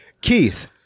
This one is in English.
Keith